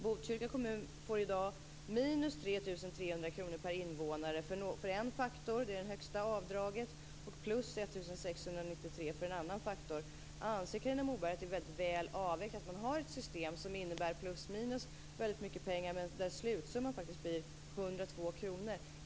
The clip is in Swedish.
Botkyrka kommun får i dag minus 3 300 kr per invånare för en faktor - det är det högsta avdraget Moberg att det är väldigt väl avvägt att man har ett system som innebär plus och minus för väldigt mycket pengar samtidigt som slutsumman blir 102 kr?